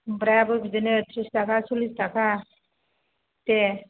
खुमब्रायाबो बिदिनो थ्रिस थाखा सल्लिस थाखा दे